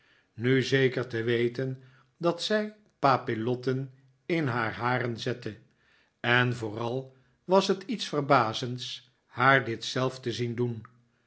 nu zeker te weten dat zij papillotten in haar haren zette en vooral was het iets verbazends haar dit zelf te zien doen